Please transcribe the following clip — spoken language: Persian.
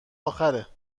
آخره